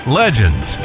legends